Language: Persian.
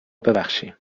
ببخشیم